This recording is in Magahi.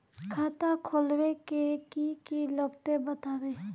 खाता खोलवे के की की लगते बतावे?